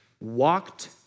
walked